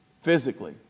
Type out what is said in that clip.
physically